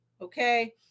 Okay